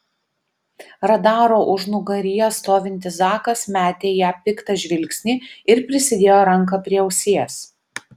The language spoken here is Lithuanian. radaro užnugaryje stovintis zakas metė į ją piktą žvilgsnį ir prisidėjo ranką prie ausies